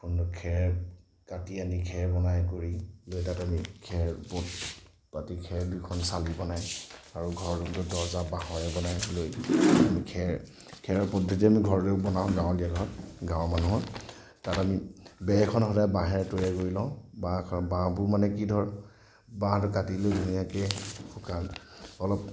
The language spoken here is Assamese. খেৰ কাটি আনি খেৰ বনাই কৰি লৈ তাত আমি খেৰ ব পাতি খেৰ দুইখন চালি বনাই আৰু ঘৰৰ দৰ্জা বাঁহেৰে বনাই লৈ খেৰ খেৰৰ পদ্ধতিৰে আমি ঘৰলৈ বনাওঁ গাঁৱলীয়া ঘৰ গাঁৱৰ মানুহৰ তাত আমি বেৰখন সদায় বাঁহেৰে তৈয়াৰ কৰি লওঁ বাঁহ ঘৰ বাঁহবোৰ মানে কি ধৰক বাঁহটো কাটি কৰি ধুনীয়াকৈ শুকালে অলপ